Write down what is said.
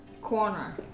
Corner